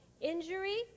injury